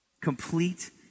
Complete